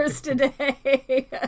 today